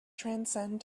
transcend